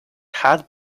had